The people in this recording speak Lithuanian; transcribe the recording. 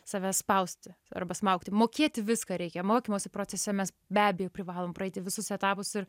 save spausti arba smaugti mokėti viską reikia mokymosi procese mes be abejo privalom praeiti visus etapus ir